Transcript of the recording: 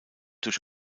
durch